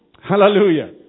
Hallelujah